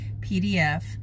PDF